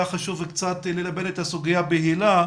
חשוב קצת ללבן את הסוגיה של היל"ה.